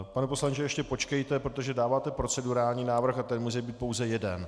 Pane poslanče, ještě počkejte, protože dáváte procedurální návrh a ten může být pouze jeden.